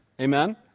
Amen